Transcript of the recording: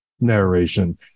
narration